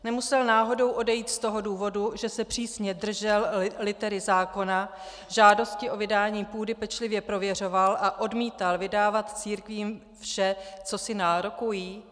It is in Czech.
Nemusel náhodou odejít z toho důvodu, že se přísně držel litery zákona, žádosti o vydání půdy pečlivě prověřoval a odmítal vydávat církvím vše, co si nárokují?